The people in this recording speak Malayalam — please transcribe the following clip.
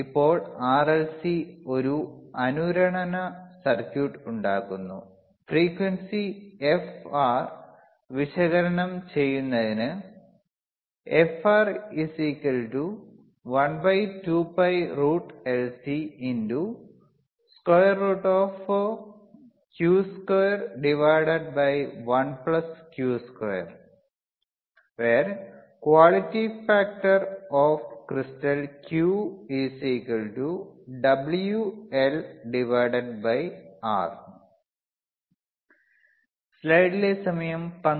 ഇപ്പോൾ ആർഎൽസി ഒരു അനുരണന സർക്യൂട്ട് ഉണ്ടാക്കുന്നു ഫ്രീക്വൻസി എഫ്ആർ വിശകലനം ചെയ്യുന്നതിന്